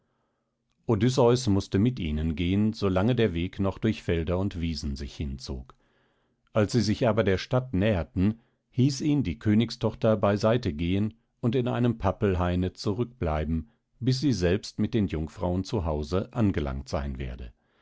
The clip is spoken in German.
odysseus mußte mit ihnen gehen so lange der weg noch durch felder und wiesen sich hinzog als sie sich aber der stadt näherten hieß ihn die königstochter beiseite gehen und in einem pappelhaine zurückbleiben bis sie selbst mit den jungfrauen zu hause angelangt sein werde